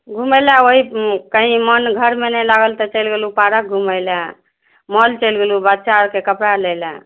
घुमयलऽ वहीँ कही मोन घरमे नहि लागल तऽ चलि गेलहुँ पार्क घुमयलऽ मॉल चलि गेलहुँ बच्चा अरके कपड़ा लयलऽ